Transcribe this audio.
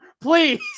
please